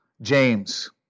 James